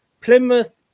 Plymouth